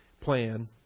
plan